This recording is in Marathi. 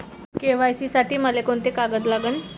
के.वाय.सी साठी मले कोंते कागद लागन?